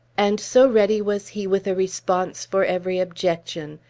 and so ready was he with a response for every objection,